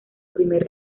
primer